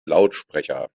lautsprecher